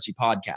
podcast